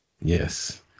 Yes